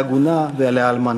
לעגונה ולאלמנה.